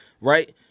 right